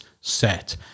set